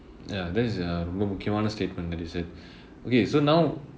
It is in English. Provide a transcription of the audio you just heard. ya that is a ரொம்ப முக்கியமான:romba mukkiyamaana statement that you said okay so now